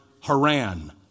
Haran